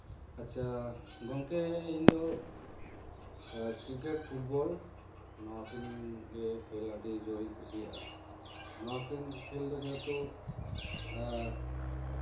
ᱟᱪᱪᱷᱟ ᱜᱚᱝᱠᱮ ᱤᱧ ᱫᱚ ᱠᱨᱤᱠᱮᱴ ᱯᱷᱩᱴᱵᱚᱞ ᱱᱚᱣᱟ ᱠᱤᱱ ᱠᱷᱮᱞ ᱟᱹᱰᱤ ᱡᱳᱨᱤᱧ ᱠᱩᱥᱤᱭᱟᱜᱼᱟ ᱱᱚᱣᱟ ᱠᱤᱱ ᱠᱷᱮᱞ ᱫᱚ ᱡᱮᱦᱮᱛᱩ